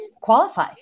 qualify